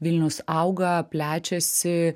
vilnius auga plečiasi